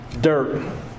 Dirt